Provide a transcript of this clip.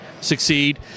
succeed